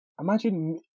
imagine